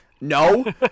No